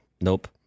nope